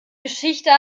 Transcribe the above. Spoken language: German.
geschichte